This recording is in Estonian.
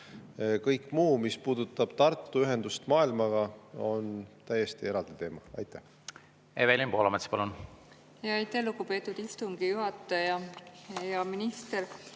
Kõik muu, mis puudutab Tartu ühendust maailmaga, on täiesti eraldi teema. Evelin Poolamets, palun! Aitäh, lugupeetud istungi juhataja! Hea minister!